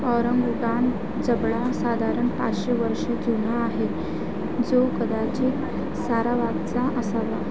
orangutan जबडा साधारण पाचशे वर्ष जुना आहे जो कदाचित सारावाकचा असावा